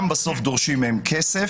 בצורה ניכרת וגם בסוף דורשים מהם כסף.